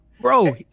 bro